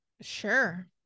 Sure